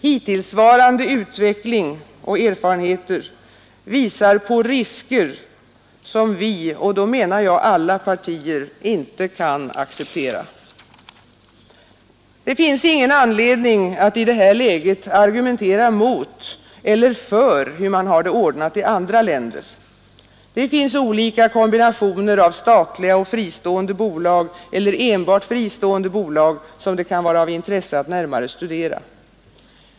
Hittillsvarande erfarenheter visar på risker för en utveckling som vi — och då menar jag alla partier — inte kan acceptera. Det är ingen anledning att i det här läget argumentera mot — eller för - hur man har det ordnat i andra länder. Det finns olika kombinationer av statliga och fristående bolag eller enbart fristående bolag som det kan vara av intresse att närmare studera.